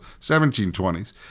1720s